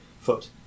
foot